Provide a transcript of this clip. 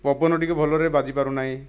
ପବନ ଟିକିଏ ଭଲରେ ବାଜିପାରୁନାହିଁ